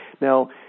Now